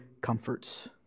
comforts